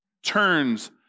turns